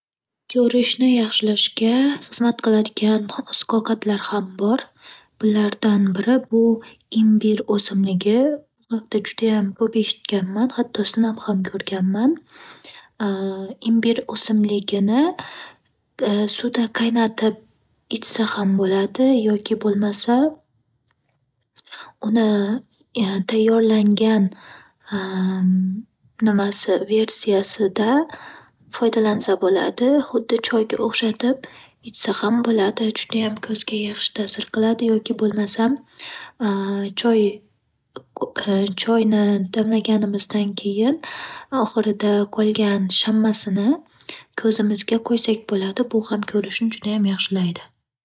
Ko'rishni yaxshilashga xizmat qiladigan oziq-ovqatlar ham bor. Ulardan biri bu- imbir o'simligi. Bu haqda judayam ko'p eshitganman, hatto, sinab ham ko'rganman. Imbir o'simligini suvda qaynatib, ichsa ham bo'ladi yoki bo'lmasa, uni tayyorlangan nimasi- versiyasida foydalansa bo'ladi. Xuddi choyga o'xshatib ichsa ham bo'ladi, judayam ko'zga yaxshi ta'sir qiladi. Choy-choyni damlaganimizdan keyin, oxirida qolgan shammasini ko'zimizga qo'ysak bo'ladi. Bu ham ko'rishni judayam yaxshilaydi.